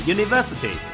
University